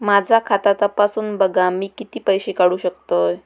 माझा खाता तपासून बघा मी किती पैशे काढू शकतय?